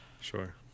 sure